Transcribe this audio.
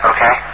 Okay